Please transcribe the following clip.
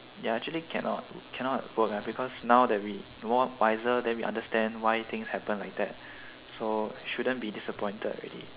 ya actually cannot cannot work eh because now that we more wiser then we understand why things happen like that so shouldn't be disappointed already